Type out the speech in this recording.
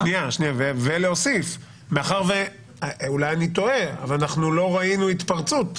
ולהוסיף שמאחר שאנחנו לא ראינו פה התפרצות.